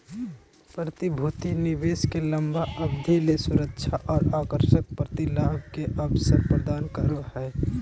प्रतिभूति निवेश के लंबा अवधि ले सुरक्षा और आकर्षक प्रतिलाभ के अवसर प्रदान करो हइ